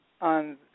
on